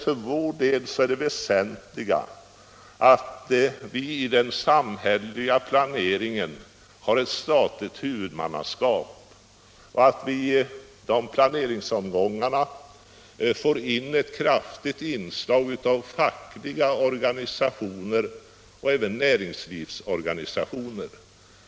För vår del är det väsentliga att vi i den samhälleliga planeringen har ett statligt huvudmannaskap och att vi i planeringsomgångarna får in ett kraftigt inslag av fackliga organisationer och även näringslivsorganisationer.